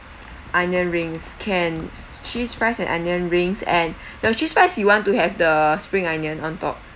onion rings can cheese fries and onion rings and the cheese fries you want to have the spring onion on top